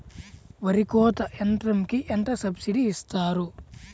వరి కోత యంత్రంకి ఎంత సబ్సిడీ ఇస్తారు?